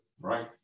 right